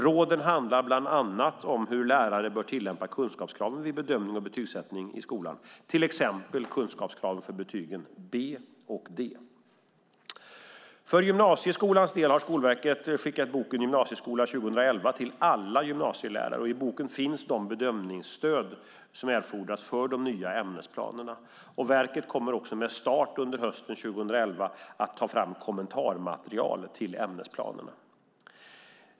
Råden handlar bland annat om hur lärare bör tillämpa kunskapskraven vid bedömning och betygssättning i skolan, till exempel kunskapskraven för betygen B och D. För gymnasieskolans del har Skolverket skickat boken Gymnasieskola 2011 till alla gymnasielärare. I boken finns de bedömningsstöd som erfordras för de nya ämnesplanerna. Verket kommer också, med start under hösten 2011, att ta fram kommentarmaterial till ämnesplanerna.